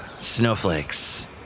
Snowflakes